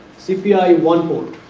cpi one port